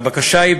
הבקשה היא,